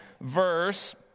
verse